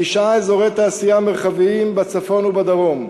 תשעה אזורי תעשייה מרחביים בצפון ובדרום.